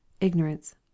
ignorance